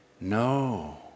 No